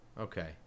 okay